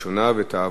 לוועדת החינוך,